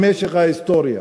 במשך ההיסטוריה.